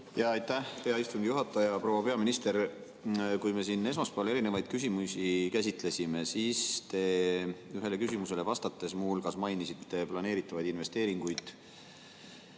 Aitäh, hea istungi juhataja! Proua peaminister! Kui me siin esmaspäeval erinevaid küsimusi käsitlesime, siis te ühele küsimusele vastates muu hulgas mainisite planeeritavaid investeeringuid